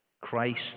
Christ